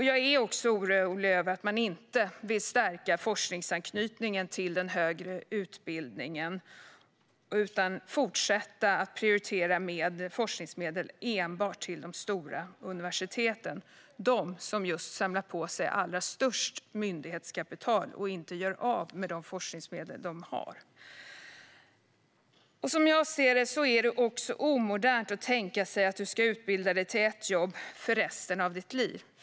Jag är också orolig över att man inte vill stärka forskningsanknytningen till den högre utbildningen utan vill fortsätta att prioritera forskningsmedel enbart till de stora universiteten - just de som samlar på sig allra störst myndighetskapital och inte gör av med de forskningsmedel de har. Som jag ser det är det omodernt att tänka sig att man ska utbilda sig till ett jobb för resten av sitt liv.